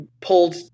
pulled